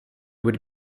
would